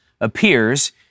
appears